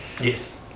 yes